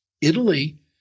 Italy